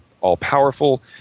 all-powerful